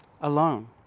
alone